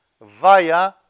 via